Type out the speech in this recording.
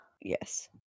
Yes